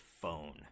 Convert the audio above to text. phone